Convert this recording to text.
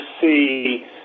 see